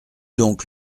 donc